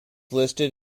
listed